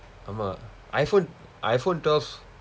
ஆமாம்:aamaam iphone iphone twelve